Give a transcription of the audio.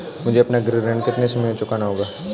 मुझे अपना गृह ऋण कितने समय में चुकाना होगा?